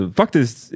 faktiskt